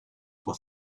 for